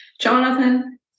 Jonathan